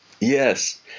Yes